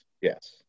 Yes